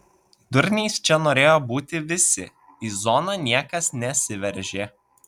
durniais čia norėjo būti visi į zoną niekas nesiveržė